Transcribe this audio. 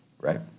right